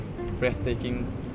breathtaking